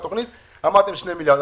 התוכנית אמרתם שהעלות היא 2 מיליארד שקל.